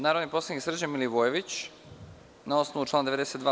Narodni poslanik Srđan Milivojević, na osnovu člana 92.